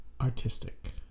artistic